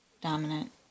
dominant